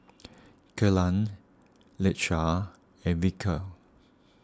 Kellan Lakesha and Vickey